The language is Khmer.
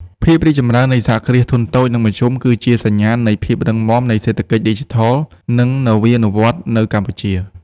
ភាពរីកចម្រើននៃសហគ្រាសធុនតូច និងមធ្យម គឺជាសញ្ញាណនៃភាពរឹងមាំនៃសេដ្ឋកិច្ចឌីជីថល និងនវានុវត្តន៍នៅកម្ពុជា។